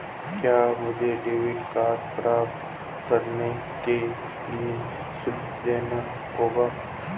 क्या मुझे debit card प्राप्त करने के लिए शुल्क देना होगा?